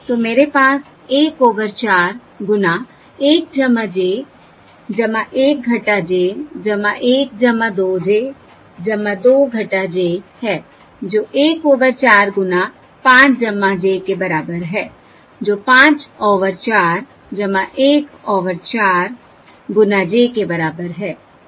तो मेरे पास 1 ओवर 4 गुना 1 j 1 j 1 2 j 2 j है जो 1 ओवर 4 गुना 5 j के बराबर है जो 5 ओवर 4 1 ओवर 4 गुना j के बराबर है